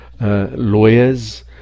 lawyers